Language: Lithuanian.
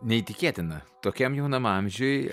neįtikėtina tokiam jaunam amžiuj